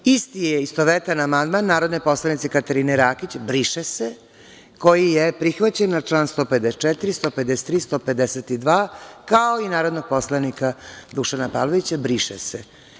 Isti je istovetan amandman narodne poslanice Katarine Rakić – briše se, koji je prihvaćen na član 154, član 153, 152, kao i narodnog poslanika Dušana Pavlovića – briše se.